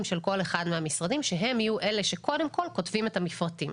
של כל אחד מהמשרדים שהם יהיו אלה שקודם כל כותבים את המפרטים.